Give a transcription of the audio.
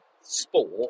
sport